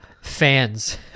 fans